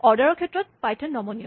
অৰ্ডাৰৰ ক্ষেত্ৰত পাইথন নমনীয়